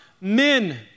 Men